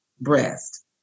breast